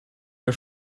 der